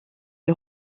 est